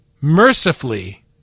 mercifully